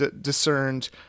discerned